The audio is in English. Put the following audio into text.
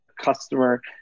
customer